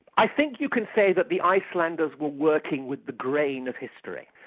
i think you can say that the icelanders were working with the grain of history.